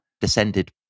descended